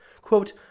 Quote